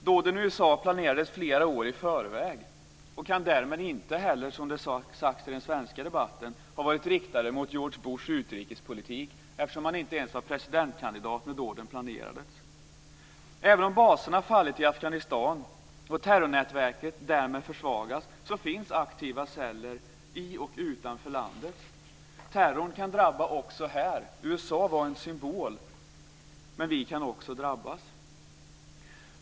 Dåden i USA planerades flera år i förväg, och kan därmed inte heller, vilket sagts i den svenska debatten, ha varit riktade mot George Bushs utrikespolitik, eftersom han inte ens var presidentkandidat när dåden planerades. Även om baserna fallit i Afghanistan och terrornätverket därmed försvagats finns aktiva celler i och utanför landet. Terrorn kan drabba också här. USA var en symbol, men vi kan också drabbas.